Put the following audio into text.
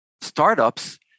startups